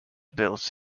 built